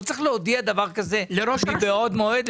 לא צריך להודיע דבר כזה מבעוד מועד?